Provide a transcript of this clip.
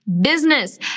Business